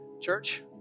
Church